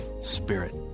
spirit